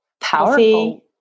powerful